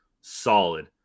solid